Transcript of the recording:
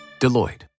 Deloitte